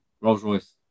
Rolls-Royce